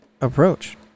approach